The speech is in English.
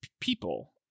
people